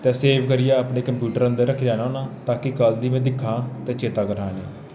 ते सेव करियै अपने कंप्यूटर दे अंदर रक्खी लैन्ना होन्ना ता कि कल्ल गी में दिक्खां ते चेत्ता करां इनें ई